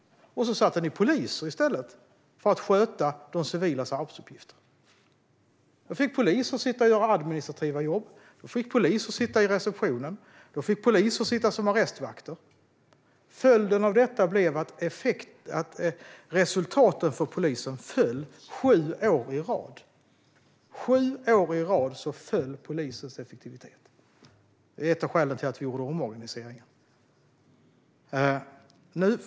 Då satte ni i stället poliser att sköta de civilas arbetsuppgifter. Då fick poliser göra administrativa jobb. Då fick poliser sitta i receptionen. Då fick poliser sitta som arrestvakter. Följden av detta blev att resultaten för polisen föll sju år i rad. Sju år i rad föll polisens effektivitet. Det är ett av skälen till att vi gjorde omorganiseringen.